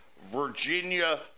Virginia